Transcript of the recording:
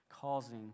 Causing